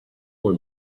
more